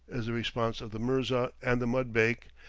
is the response of the mirza and the mudbake,